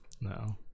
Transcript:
No